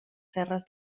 serres